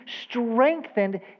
strengthened